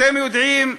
אתם יודעים,